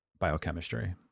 biochemistry